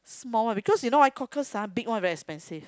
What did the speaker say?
small because you know why cockles ah big one very expensive